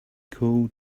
called